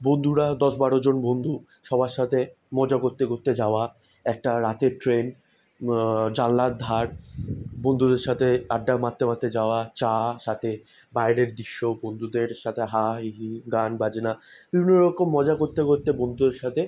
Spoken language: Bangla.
বন্ধুরা দশ বারোজন বন্ধু সবার সাথে মজা করতে করতে যাওয়া একটা রাতের ট্রেন জানলার ধার বন্ধুদের সাথে আড্ডা মারতে মারতে যাওয়া চা সাথে বাইরের দৃশ্য বন্ধুদের সাথে হা হা হি হি গান বাজনা বিভিন্ন রকম মজা করতে করতে বন্ধুদের সাথে